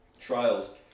trials